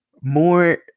more